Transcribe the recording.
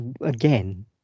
again